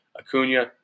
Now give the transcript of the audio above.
Acuna